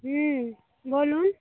হুম বলুন